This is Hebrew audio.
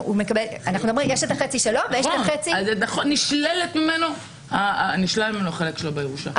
יש החצי שלו ויש את החצי --- נשלל ממנו החלק שלו בירושה.